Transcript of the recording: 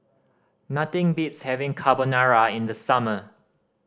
nothing beats having Carbonara in the summer